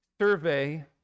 survey